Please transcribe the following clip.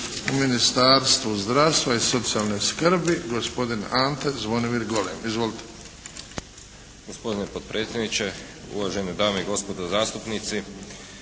u Ministarstvu zdravstva i socijalne skrbi gospodin Ante Zvonimir Golem. Izvolite. **Golem, Ante Zvonimir** Gospodine potpredsjedniče, uvažene dame i gospodo zastupnici.